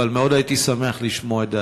אבל מאוד הייתי שמח לשמוע את דעתך.